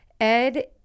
ed